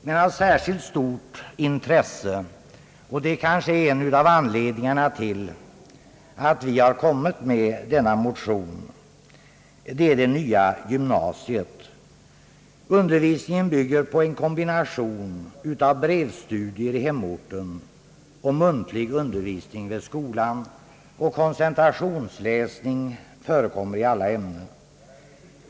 Men av särskilt stort intresse — och det är en av anledningarna till att vi har väckt denna motion — är det nya gymnasiet. Undervisningen bygger på en kombination av brevstudier i hemorten och muntlig undervisning vid skolan. Koncentrationsläsning förekommer också i alla ämnen.